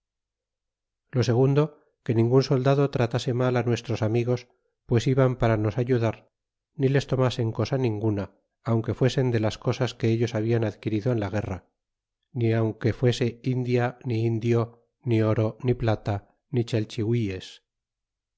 lo segundo que ningun soldado tratase mal nuestros amigos pues iban para nos ayudar ni les tomasen cosa ninguna aunque fuesen de las cosas que ellos hablan adquirido en la guerra ni aunque fuese india ni indio ni oro ni plata ni chalchihuies